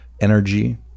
energy